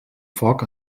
foc